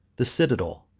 the citadel,